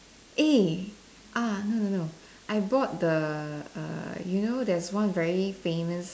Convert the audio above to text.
eh ah no no no I bought the err you know there's one very famous